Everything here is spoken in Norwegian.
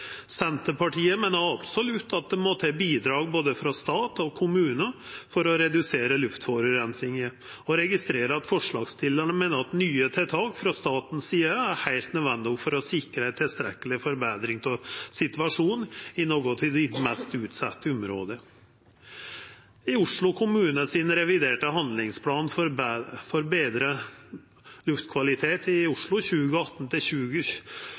Senterpartiet meiner absolutt at både stat og kommunar må bidra for å redusera luftforureininga, og registrerer at forslagsstillarane meiner at nye tiltak frå staten si side er heilt nødvendig for å sikra tilstrekkeleg betring av situasjonen i nokre av dei mest utsette områda. I Oslo kommune sin reviderte handlingsplan for betre luftkvalitet i Oslo 2018–2020 vert det vist til